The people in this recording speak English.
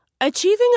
Achieving